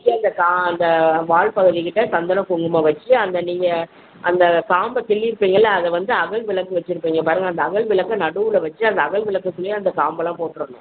இ அந்த கா அந்த வால் பகுதிக்கிட்ட சந்தன குங்குமம் வச்சு அந்த நீங்கள் அந்த காம்பை கிள்ளிருப்பாய்ங்கள அதை வந்து அகல் விளக்கு வச்சுருப்பைங்க பாருங்க அந்த அகல் விளக்க நடுவில் வச்சு அந்த அகல் விளக்குள்ளையே அந்த காம்பெலாம் போட்ரணும்